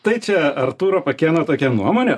tai čia artūro pakėno tokia nuomonė